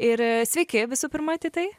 ir sveiki visų pirma titai